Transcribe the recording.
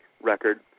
record